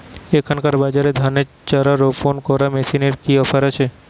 এখনকার বাজারে ধানের চারা রোপন করা মেশিনের কি অফার আছে?